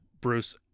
Bruce